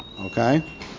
Okay